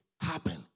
happen